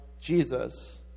Jesus